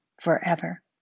forever